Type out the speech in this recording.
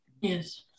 Yes